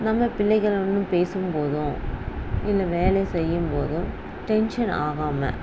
நம்ம பிள்ளைகளோடு நம்ம பேசும்போதும் இல்லை வேலை செய்யும் போதும் டென்ஷன் ஆகாமல்